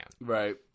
Right